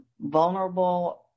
vulnerable